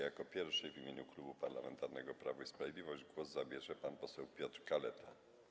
Jako pierwszy w imieniu Klubu Parlamentarnego Prawo i Sprawiedliwość głos zabierze pan poseł Piotr Kaleta.